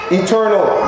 eternal